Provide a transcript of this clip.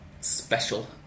special